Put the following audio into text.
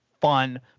fun